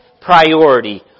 priority